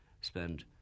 spend